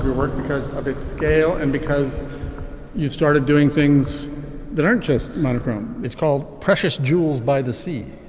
ah of its scale and because you've started doing things that aren't just monochrome it's called precious jewels by the sea.